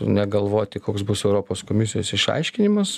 negalvoti koks bus europos komisijos išaiškinimas